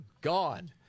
gone